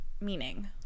meaning